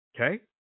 Okay